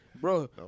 bro